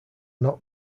not